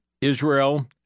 Israel